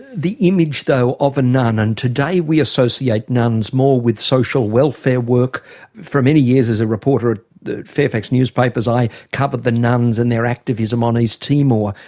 the image though, of a nun, and today we associate nuns more with social welfare work for many years as a reporter at fairfax newspapers i covered the nuns and their activism on east timor.